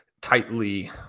tightly